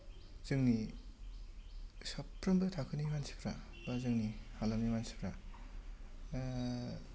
जोंनि साफ्रोमबो थाखोनि मानसिफ्रा बा जोंनि हालामनि मानसिफ्रा